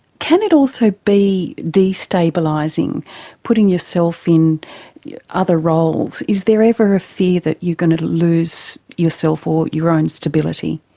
can it also be destabilising putting yourself in other roles is there ever a fear that you're going to lose yourself or your own stability?